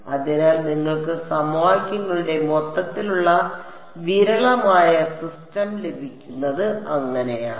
അതിനാൽ നിങ്ങൾക്ക് സമവാക്യങ്ങളുടെ മൊത്തത്തിലുള്ള വിരളമായ സിസ്റ്റം ലഭിക്കുന്നത് അങ്ങനെയാണ്